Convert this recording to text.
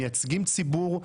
מייצגים ציבור,